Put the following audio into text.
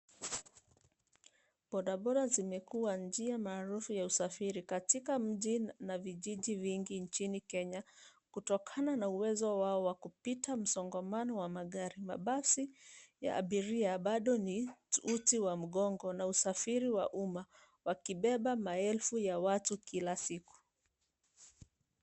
Bodaboda zimekua njia maarufu za usafiri katika mji na vijiji vingi nchini Kenya kutokana na uwezo wao wa kupita msongamano wa magari. Mabasi ya abiria bado ni uti wa mgongo na usafiri wa umma wakibeba maelfu ya watu kila siku.